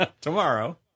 tomorrow